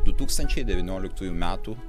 du tūkstančiai devynioliktųjų metų